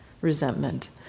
Resentment